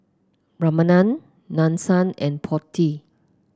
Ramanand Nadesan and Potti